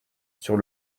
sur